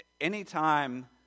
Anytime